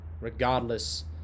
Regardless